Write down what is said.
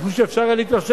וכפי שהיה אפשר להתרשם,